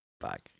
fuck